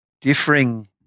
differing